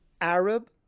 Arab